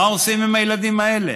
מה עושים עם הילדים האלה?